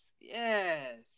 yes